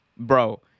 Bro